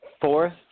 fourth